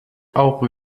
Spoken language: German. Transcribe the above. auch